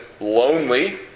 lonely